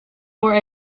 wore